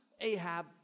Ahab